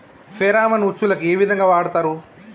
Pheromone ఉచ్చులకు ఏ విధంగా వాడుతరు?